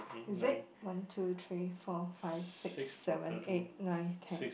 is it one two three four five six seven eight nine ten